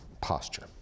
posture